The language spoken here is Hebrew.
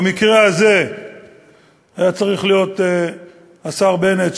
במקרה הזה היה צריך השר בנט,